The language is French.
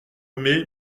mai